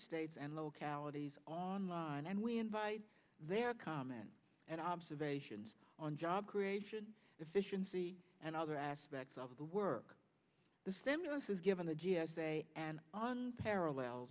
states and localities online and we invited their comments and observations on job creation efficiency and other aspects of the work the stimulus has given the g s a and on parallel